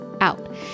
out